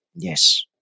Yes